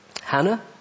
Hannah